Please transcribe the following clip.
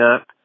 up